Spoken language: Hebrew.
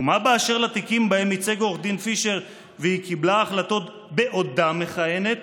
ומה באשר לתיקים שבהם ייצג עו"ד פישר והיא קיבלה החלטות בעודה מכהנת?